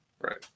right